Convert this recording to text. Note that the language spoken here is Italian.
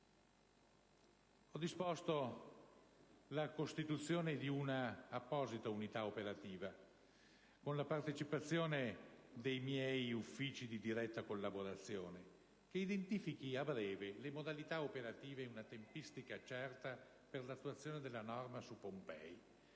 Ho disposto la costituzione di un'apposita unità operativa, con la partecipazione degli uffici di mia diretta collaborazione, che identifichi a breve le modalità operative e una tempistica certa per l'attuazione della norma su Pompei,